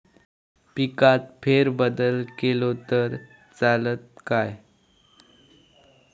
पिकात फेरबदल केलो तर चालत काय?